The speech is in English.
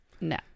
No